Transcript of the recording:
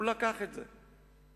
הוא לקח את זה.